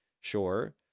sure